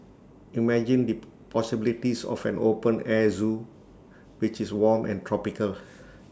imagine the possibilities of an open air Zoo which is warm and tropical